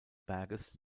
berges